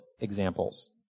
examples